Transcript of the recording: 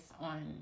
on